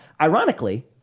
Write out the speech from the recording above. Ironically